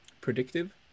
predictive